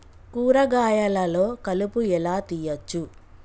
కూరగాయలలో కలుపు ఎలా తీయచ్చు?